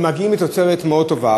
הם מגיעים לתוצרת מאוד טובה.